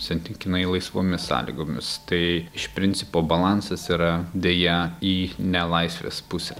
santykinai laisvomis sąlygomis tai iš principo balansas yra deja į nelaisvės pusę